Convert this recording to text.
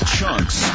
Chunks